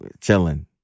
Chilling